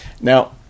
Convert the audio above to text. Now